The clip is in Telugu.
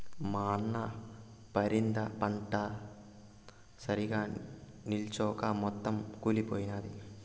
మా అన్న పరింద పంటంతా సరిగ్గా నిల్చొంచక మొత్తం కుళ్లిపోయినాది